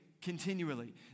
Continually